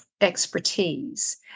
expertise